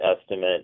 estimate